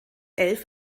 elf